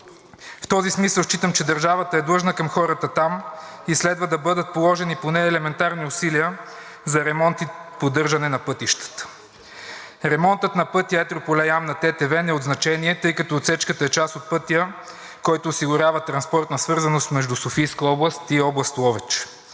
В този смисъл считам, че държавата е длъжна към хората там и следва да бъдат положени поне елементарни усилия за ремонт и поддържане на пътищата. Ремонтът на пътя Етрополе – Ямна – Тетевен е от значение, тъй като отсечката е част от пътя, който осигурява транспортна свързаност между Софийска област и област Ловеч.